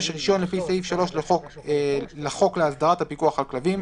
(56)רישיון לפי סעיף 3 לחוק להסדרת הפיקוח על כלבים,